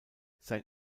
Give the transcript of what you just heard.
sein